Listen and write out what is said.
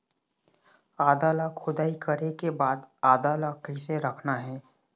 आदा ला खोदाई करे के बाद आदा ला कैसे रखना हे?